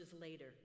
later